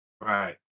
Right